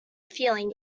feeling